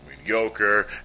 mediocre